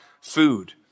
food